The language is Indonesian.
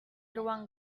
ruang